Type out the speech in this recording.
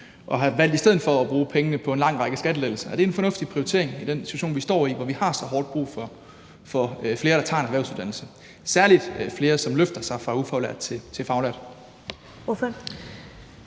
for har valgt at bruge pengene på en lang række skattelettelser. Er det en fornuftig prioritering i den situation, vi står i, hvor vi har så hårdt brug for flere, der tager en erhvervsuddannelse, særlig flere, der løfter sig fra ufaglært til faglært?